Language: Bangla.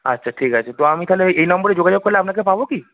আচ্ছা ঠিক আছে তো আমি তাহলে এই নম্বরে যোগাযোগ করলে আপনাকে পাবো কি